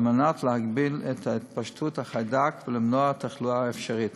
על מנת להגביל את התפשטות החיידק ולמנוע תחלואה אפשרית.